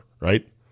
right